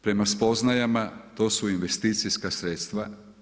Prema spoznajama to su investicijska sredstva.